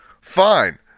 Fine